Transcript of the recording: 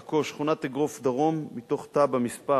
עכו, שכונת אגרוף-הדרום, מתוך תב"ע מס'